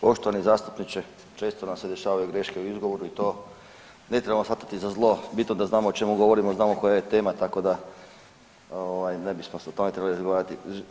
Poštovani zastupniče, često nam se dešavaju greške u izgovoru i to ne trebamo shvatiti za zlo, bitno da znamo o čemu govorimo i znamo koja je tema tako da ne bismo sad o tome trebali razgovarati.